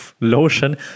lotion